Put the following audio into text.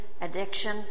addiction